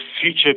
future